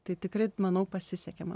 tai tikrai manau pasisekė man